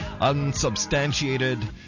unsubstantiated